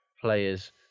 players